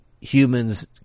humans